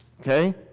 Okay